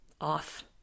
off